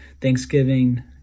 Thanksgiving